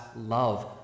love